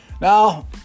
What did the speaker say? Now